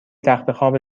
تختخواب